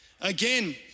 Again